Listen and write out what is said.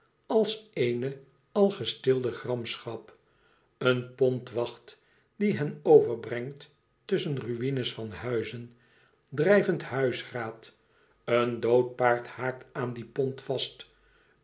als eene al gestilde gramschap een pont wacht die hen overbrengt tusschen ruïnes van huizen drijvend huisraad een dood paard haakt aan die pont vast